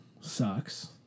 sucks